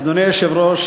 אדוני היושב-ראש,